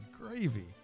gravy